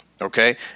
Okay